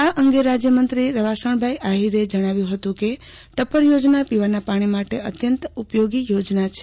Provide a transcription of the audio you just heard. આ અંગે રાજ્યમંત્રી વાસણભાઈ આહીરે જણાવ્યું હતું કે ટપ્પર યોજના પીવાના પાણી માટે અત્યંત ઉપયોગી યોજના છે